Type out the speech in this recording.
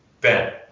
Ben